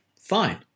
fine